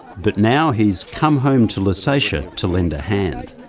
but now he's come home to lusatia to lend a hand.